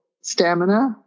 stamina